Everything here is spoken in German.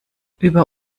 über